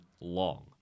long